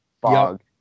fog